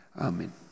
amen